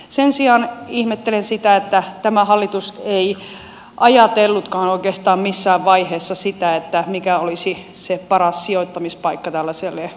sen sijaan ihmettelen sitä että tämä hallitus ei ajatellutkaan oikeastaan missään vaiheessa sitä mikä olisi paras sijoittamispaikka tällaiselle uudelle luonnonvarakeskukselle